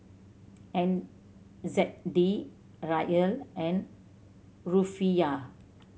N Z D Riyal and Rufiyaa